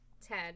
Ted